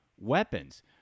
weapons